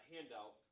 handout